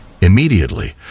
Immediately